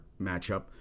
matchup